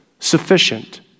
Sufficient